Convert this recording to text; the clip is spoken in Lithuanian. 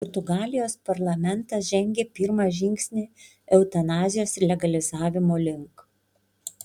portugalijos parlamentas žengė pirmą žingsnį eutanazijos legalizavimo link